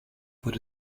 wurde